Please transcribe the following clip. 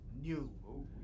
New